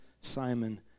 Simon